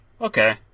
okay